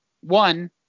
One